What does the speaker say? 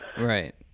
Right